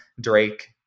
Drake